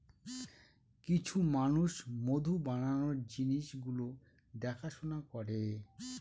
কিছু মানুষ মধু বানানোর জিনিস গুলো দেখাশোনা করে